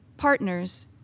partners